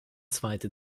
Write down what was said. zweite